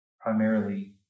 primarily